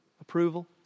approval